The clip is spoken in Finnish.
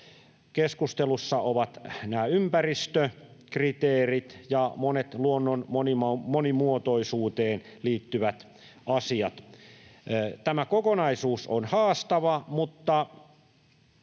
keskustelussa ovat nämä ympäristökriteerit ja monet luonnon monimuotoisuuteen liittyvät asiat. Tämä kokonaisuus on haastava, mutta